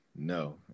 No